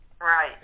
Right